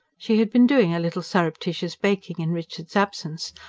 she had been doing a little surreptitious baking in richard's absence,